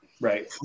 Right